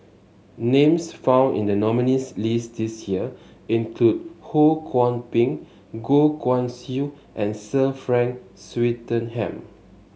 names found in the nominees' list this year include Ho Kwon Ping Goh Guan Siew and Sir Frank Swettenham